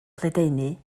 lledaenu